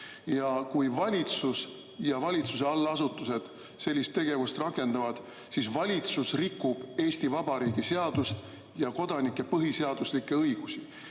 Kui valitsus ja valitsuse allasutused seda rakendavad, siis valitsus rikub Eesti Vabariigi seadust ja kodanike põhiseaduslikke õigusi.